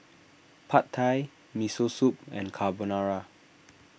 Pad Thai Miso Soup and Carbonara